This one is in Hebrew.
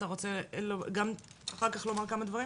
אתה רוצה גם לומר כמה דברים?